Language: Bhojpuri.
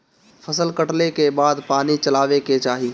फसल कटले के बाद पानी चलावे के चाही